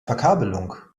verkabelung